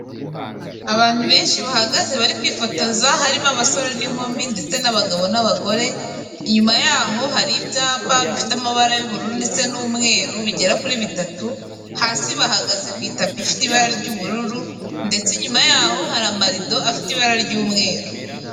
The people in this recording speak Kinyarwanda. Abantu benshi bahagaze bari kwifotoza harimo abasore n'inkumi ndetse n'abagabo n'abagore, inyuma yaho hari ibyapa bifite amabara y'ubururu ndetse n'umweru bigera kuri bitatu, hasi bahagaze ku itapi ifite ibara ry'ubururu ndetse inyuma yaho hari amarido afite ibara ry'umweru.